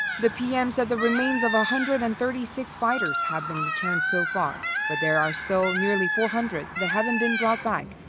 the pm said the remains of one ah hundred and thirty six fighters have been returned so far, but there are still nearly four hundred that haven't been brought back,